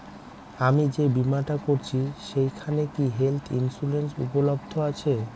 আমি যে বীমাটা করছি সেইখানে কি হেল্থ ইন্সুরেন্স উপলব্ধ আছে?